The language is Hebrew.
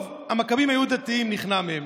טוב, המכבים היו דתיים, נכנע מ'.